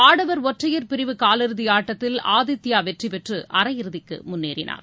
ஆடவர் ஒற்றையர் பிரிவு காலிறுதி ஆட்டத்தில் ஆதித்யா வெற்றி பெற்று அரையிறுதிக்கு முன்னேறினார்